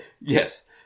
Yes